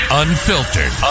unfiltered